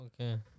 Okay